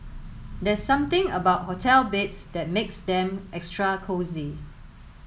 there's something about hotel beds that makes them extra cosy